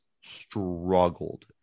struggled